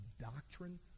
doctrine